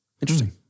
Interesting